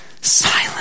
silence